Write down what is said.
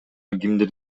кимдир